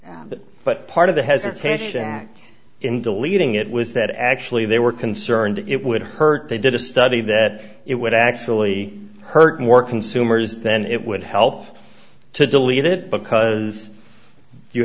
that but part of the hesitation act in deleting it was that actually they were concerned it would hurt they did a study that it would actually hurt more consumers than it would help to delete it because you